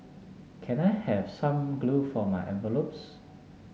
can I have some glue for my envelopes